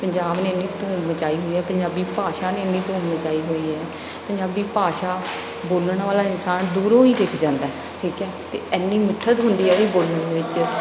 ਪੰਜਾਬ ਨੇ ਇੰਨੀ ਧੂੰਮ ਮਚਾਈ ਹੋਈ ਹੈ ਪੰਜਾਬੀ ਭਾਸ਼ਾ ਨੇ ਇੰਨੀ ਧੂੰਮ ਮਚਾਈ ਹੋਈ ਹੈ ਪੰਜਾਬੀ ਭਾਸ਼ਾ ਬੋਲਣ ਵਾਲਾ ਇਨਸਾਨ ਦੂਰੋਂ ਹੀ ਦਿਖ ਜਾਂਦਾ ਠੀਕ ਹੈ ਅਤੇ ਇੰਨੀ ਮਿੱਠਤ ਹੁੰਦੀ ਹੈ ਉਹਦੇ ਬੋਲਣ ਵਿੱਚ